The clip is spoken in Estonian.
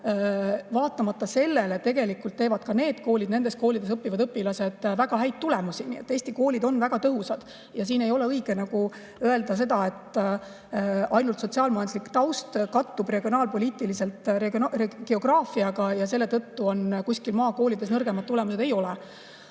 vaatamata sellele tegelikult häid tulemusi, nendes koolides õppivad õpilased on väga [tublid]. Nii et Eesti koolid on väga tõhusad ja siin ei ole õige öelda, et sotsiaal-majanduslik taust kattub regionaalpoliitiliselt geograafiaga ja selle tõttu on kuskil maakoolides nõrgemad tulemused. Ei ole.